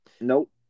Nope